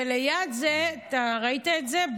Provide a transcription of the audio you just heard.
אתה ראית את זה?